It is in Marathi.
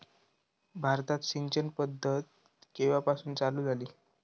भारतात सिंचन पद्धत केवापासून चालू झाली?